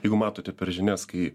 jeigu matote per žinias kai